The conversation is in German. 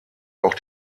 auch